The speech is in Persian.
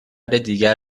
دیگر